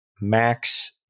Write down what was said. MAX